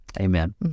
Amen